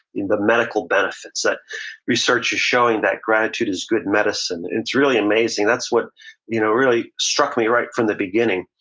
the medical benefits that research is showing that gratitude is good medicine. it's really amazing. that's what you know really struck me right from the beginning,